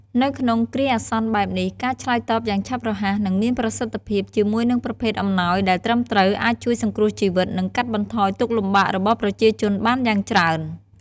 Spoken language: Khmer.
នៅក្នុងគ្រាអាសន្នបែបនេះ ការឆ្លើយតបយ៉ាងឆាប់រហ័ស និងមានប្រសិទ្ធភាព ជាមួយនឹងប្រភេទអំណោយដែលត្រឹមត្រូវ អាចជួយសង្គ្រោះជីវិត និងកាត់បន្ថយទុក្ខលំបាករបស់ប្រជាជនបានយ៉ាងច្រើន។